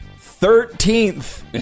thirteenth